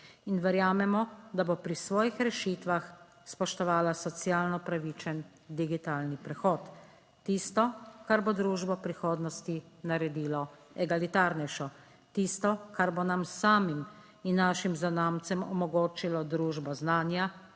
In verjamemo, da bo pri svojih rešitvah spoštovala socialno pravičen digitalni prehod. Tisto, kar bo družbo v prihodnosti naredilo egalitarnejšo, tisto, kar bo nam samim in našim zanamcem omogočilo družbo znanja,